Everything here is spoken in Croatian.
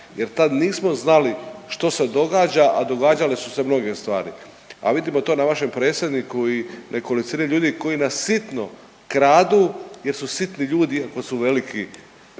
jer tad nismo znali što se događa, a događale su se mnoge stvari? A vidimo to na vašem predsjedniku i nekolicini ljudi koji nas sitno kradu jer su sitni ljudi, ako su